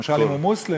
למשל אם הוא מוסלמי,